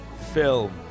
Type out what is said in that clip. film